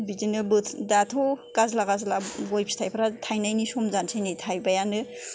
बिदिनो दाथ' गाजला गाजला गय फिथाइफोरा थायनायनि सम जानोसै नै थाइबायानो